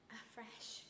afresh